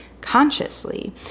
consciously